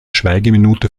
schweigeminute